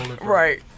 Right